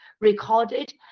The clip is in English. recorded